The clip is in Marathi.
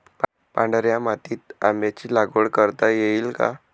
पांढऱ्या मातीत आंब्याची लागवड करता येईल का?